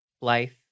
life